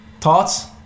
Thoughts